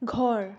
ঘৰ